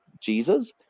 Jesus